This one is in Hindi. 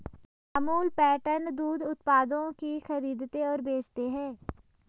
अमूल पैटर्न दूध उत्पादों की खरीदते और बेचते है